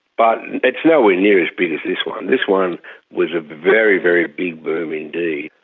but it's nowhere near as big as this one. this one was a very, very big boom indeed,